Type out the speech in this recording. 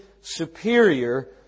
superior